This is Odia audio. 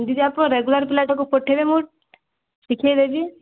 ଯଦି ତାକୁ ରେଗୁଲାର୍ ପିଲା ସହ ପଠାଇବେ ମୁଁ ଶିଖାଇଦେବି